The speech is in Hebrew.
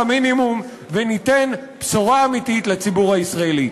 המינימום וניתן בשורה אמיתית לציבור הישראלי.